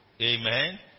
Amen